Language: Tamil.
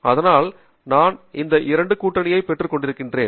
அதனால் நான் இந்த இரண்டு கூட்டணியை பெற்றுக்கொண்டிருக்கிறேன்